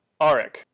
Arik